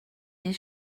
des